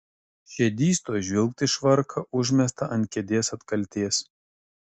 šedys tuoj žvilgt į švarką užmestą ant kėdės atkaltės